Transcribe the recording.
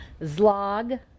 Zlog